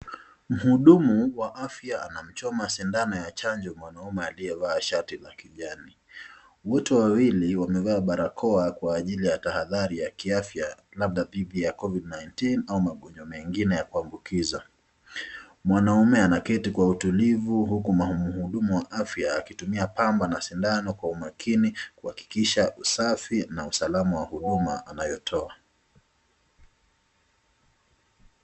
Mhudumu wa afya anamchoma sindano ya chanjo mwanaume aliyevaa shati la kijani. Wote wawili wamevaa barakoa kwa ajili ya tahadhari ya kiafya labda dhidi ya covid nineteen au magonjwa mengine ya kuambukiza. Mwanaume anaketi kwa utulivu huku mhudumu wa afya akitumia pamba na sindano kwa umakini kuhakikisha usafi na usalama wa huduma anayotoa.